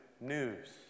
news